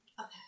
Okay